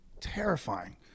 terrifying